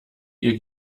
ihr